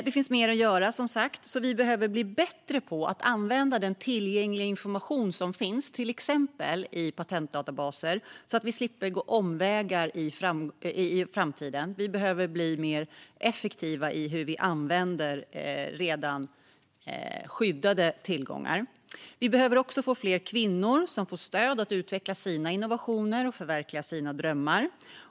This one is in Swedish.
Det finns mer att göra, och vi behöver bli bättre på att använda den information som finns tillgänglig, till exempel i patentdatabaser, så att vi slipper gå omvägar i framtiden. Vi behöver bli mer effektiva i hur vi använder redan skyddade tillgångar. Fler kvinnor behöver få stöd att utveckla sina innovationer och förverkliga sina drömmar.